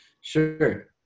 Sure